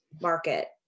market